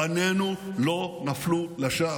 בנינו לא נפלו לשווא.